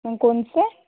उन कौन से